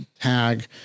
tag